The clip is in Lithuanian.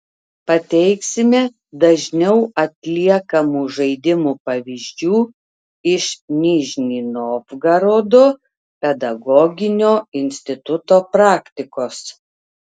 pateiksime dažniau atliekamų žaidimų pavyzdžių iš nižnij novgorodo pedagoginio instituto praktikos